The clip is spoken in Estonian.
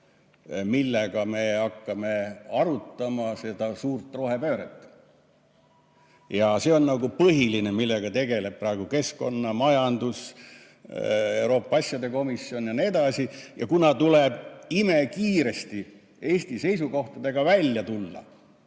[alusel] me hakkame arutama seda suurt rohepööret. See on nagu põhiline, millega tegelevad praegu keskkonna-, majandus-, Euroopa asjade komisjon jne. Ja tuleb imekiiresti Eesti seisukohtadega välja tulla.